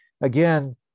again